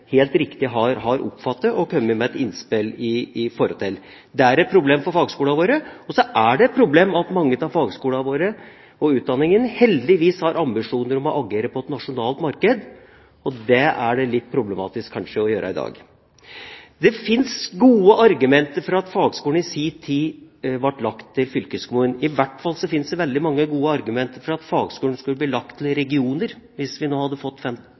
helt riktig har oppfattet og kommet med et innspill til. Det er et problem for fagskolene våre. Mange av fagskolene våre og denne utdanningen har heldigvis ambisjoner om å agere på et nasjonalt marked. Det er det kanskje litt problematisk å gjøre i dag. Det fantes gode argument for at fagskolene i sin tid ble lagt til fylkeskommunen. I hvert fall fantes det veldig mange gode argument for at fagskolene ble lagt til regioner – hvis vi nå hadde fått